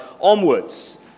onwards